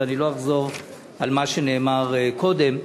ואני לא אחזור על מה שנאמר קודם.